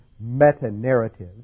meta-narratives